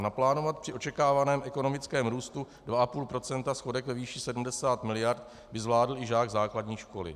Naplánovat při očekávaném ekonomickém růstu 2,5 % schodek ve výši 70 mld. by zvládl i žák základní školy.